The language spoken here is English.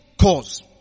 cause